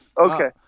Okay